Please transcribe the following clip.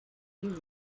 you